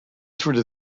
through